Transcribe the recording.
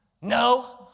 No